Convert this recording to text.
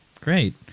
Great